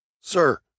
Sir